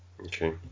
Okay